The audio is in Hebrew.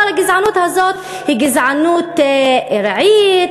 אבל הגזענות הזאת היא גזענות ארעית,